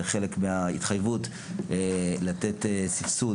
זה חלק מההתחייבות לתת סבסוד